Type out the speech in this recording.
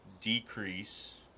decrease